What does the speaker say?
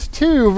two